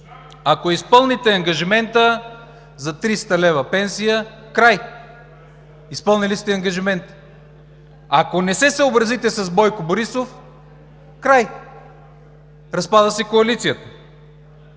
Ако изпълните ангажимента за 300 лв. пенсия, край – изпълнили сте ангажимент. Ако не се съобразите с Бойко Борисов, край – разпада се коалицията.